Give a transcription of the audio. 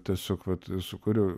tiesiog vat sukūriau